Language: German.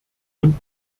und